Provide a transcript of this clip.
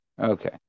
Okay